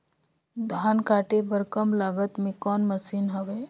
धान काटे बर कम लागत मे कौन मशीन हवय?